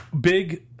big